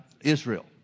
Israel